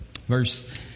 Verse